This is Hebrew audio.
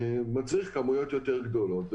מצריך כמויות יותר גדולות.